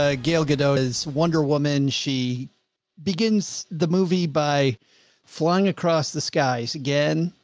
ah gail godot is wonder woman, she begins the movie by flying across the sky. again,